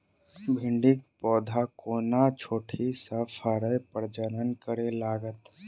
भिंडीक पौधा कोना छोटहि सँ फरय प्रजनन करै लागत?